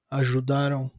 ajudaram